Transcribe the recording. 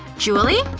julie?